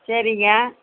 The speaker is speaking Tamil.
சரிங்க